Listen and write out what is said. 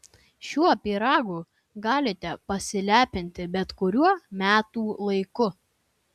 šiuo pyragu galite pasilepinti bet kuriuo metų laiku